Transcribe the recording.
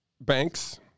banks